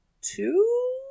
two